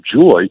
joy